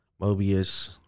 Mobius